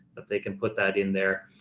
but they can put that in there.